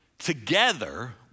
Together